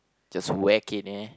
just whack it eh